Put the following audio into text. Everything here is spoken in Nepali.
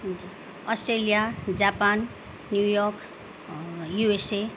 Australia Japan New York USA